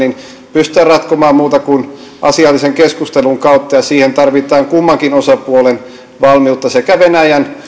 pystytä ratkomaan muuta kuin asiallisen keskustelun kautta ja siihen tarvitaan kummankin osapuolen valmiutta sekä venäjän